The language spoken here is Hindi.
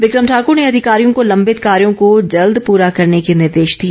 बिक्रम ठाकर ने अधिकारियों को लम्बित कार्यों को जल्द पूरा करने के निर्देश दिए